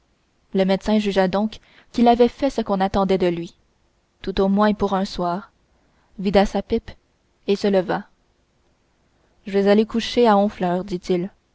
le médecin jugea donc qu'il avait fait ce qu'on attendait de lui tout au moins pour un soir vida sa pipe et se leva je vas aller coucher à honfleur dit-il